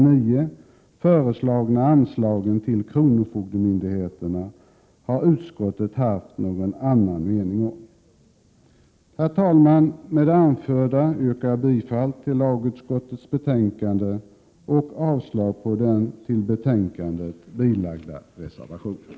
9, föreslagna anslagen till kronofogdemyndigheterna har utskottet haft någon annan mening. Herr talman! Med det anförda yrkar jag bifall till hemställan i lagutskottets betänkande och avslag på den till betänkandet fogade reservationen.